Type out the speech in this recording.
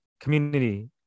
Community